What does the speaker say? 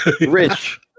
Rich